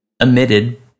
emitted